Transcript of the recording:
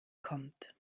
kommt